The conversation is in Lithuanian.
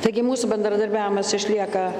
taigi mūsų bendradarbiavimas išlieka